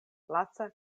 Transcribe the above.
laca